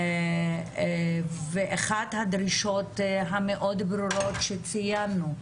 אחת הדרישות המאוד ברורות שציינו,